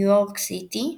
ניו יורק סיטי,